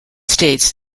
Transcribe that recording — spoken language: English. states